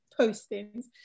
postings